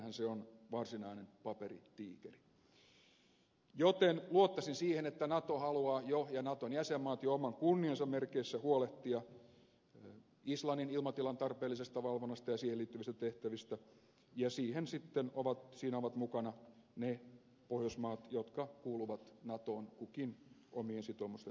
sittenhän se on varsinainen paperitiikeri joten luottaisin siihen että nato ja naton jäsenmaat haluavat jo oman kunniansa merkeissä huolehtia islannin ilmatilan tarpeellisesta valvonnasta ja siihen liittyvistä tehtävistä ja siinä sitten ovat mukana ne pohjoismaat jotka kuuluvat natoon kukin omien sitoumustensa mukaisesti